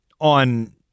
on